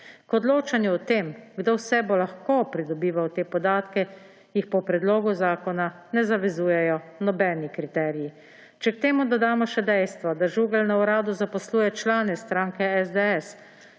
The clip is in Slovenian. K odločanju o tem, kdo vse bo lahko pridobival te podatke, jih po predlogu zakona ne zavezujejo nobeni kriteriji. Če k temu dodamo še dejstvo, da Žugelj na uradu zaposluje člane stranke SDS,